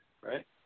right